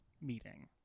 meeting